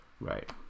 Right